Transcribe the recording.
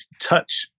touch